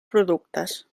productes